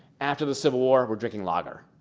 after the civil war we're drinking lager.